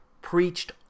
preached